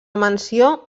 mansió